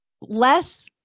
less